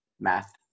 math